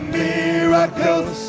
miracles